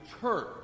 church